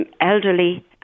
Elderly